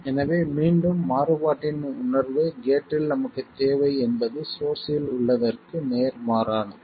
எனவே மீண்டும் மாறுபாட்டின் உணர்வு கேட்டில் நமக்குத் தேவை என்பது சோர்ஸ்ஸில் உள்ளதற்கு நேர்மாறானது